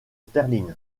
sterling